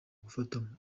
gufata